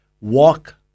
walk